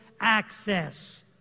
access